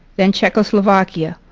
then czechoslovakia,